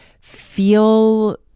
feel